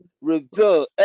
reveal